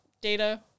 data